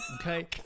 okay